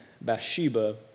Bathsheba